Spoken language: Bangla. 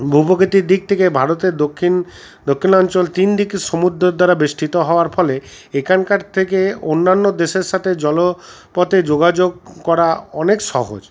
ভূপ্রকৃতির দিক থেকে ভারতের দক্ষিণ দক্ষিণ অঞ্চল তিন দিকে সমুদ্রর দ্বারা বেষ্টিত হওয়ার ফলে এখানকার থেকে অন্যান্য দেশের সাথে জলপথে যোগাযোগ করা অনেক সহজ